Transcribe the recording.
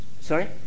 Sorry